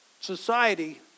society